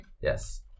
Yes